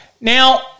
Now